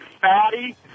fatty